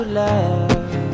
love